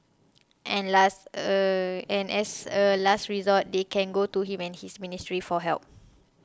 and last a and as a last resort they can go to him and his ministry for help